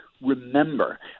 remember